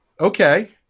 Okay